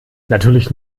natürlich